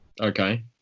Okay